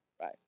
right